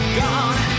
gone